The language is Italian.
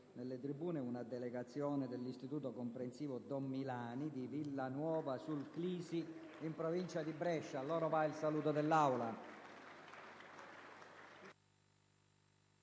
nelle tribune una delegazione dell'Istituto comprensivo «Don Milani» di Villanuova sul Clisi, in provincia di Brescia, a cui va il saluto dell'Aula.